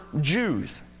Jews